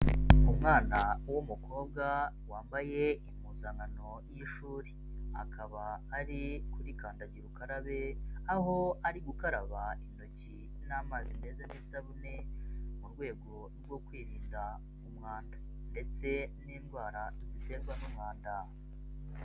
Umwana w'umukobwa wambaye impuzankano y'ishuri, akaba ari kuri kandagira ukarabe aho ari gukaraba intoki n'amazi meza n'isabune mu rwego rwo kwirinda umwanda ndetse n'indwara ziterwa n'umwanda.